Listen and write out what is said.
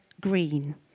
Green